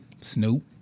Snoop